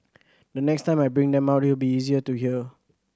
the next time I bring them out it will be easier to her